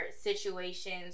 situations